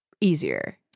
easier